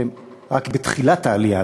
שהם רק בתחילת העלייה,